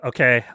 Okay